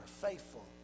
faithful